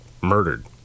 murdered